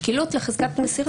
שקילות לחזקת מסירה.